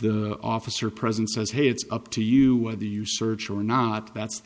the officer present says hey it's up to you whether you search or not that's the